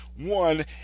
One